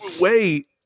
Wait